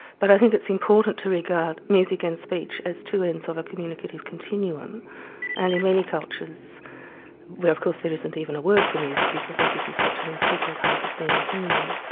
but i think it's important to regard music and speech as two ends of a communicative continuum and in many cultures of course there isn't even a word for music because music is such an integral part of being human.